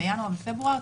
בינואר או בפברואר,